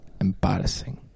Embarrassing